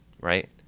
right